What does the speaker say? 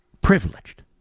Privileged